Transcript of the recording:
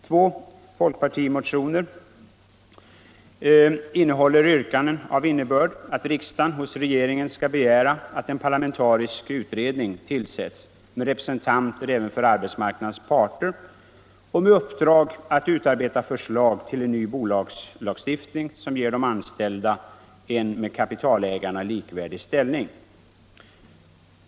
Två folkpartimotioner innehåller yrkanden av innebörd att riksdagen hos regeringen skall begära att en parlamentarisk utredning tillsätts med representanter även för arbetsmarknadens parter och med uppdrag att utarbeta förslag till en ny bolagslagstiftning som ger de anställda en med kapitalägarna likvärdig ställning.